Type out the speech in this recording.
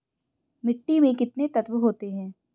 मिट्टी में कितने तत्व होते हैं?